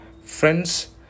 Friends